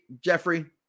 Jeffrey